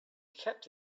kept